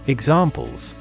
Examples